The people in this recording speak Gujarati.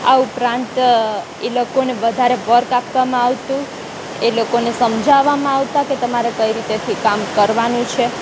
આ ઉપરાંત એ લોકોને વધારે વર્ક આપવામાં આવતું એ લોકોને સમજાવામાં આવતાં કે તમારે કઈ રીતથી કામ કરવાનું છે